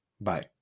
Bye